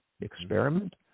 experiment